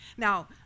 Now